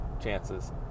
chances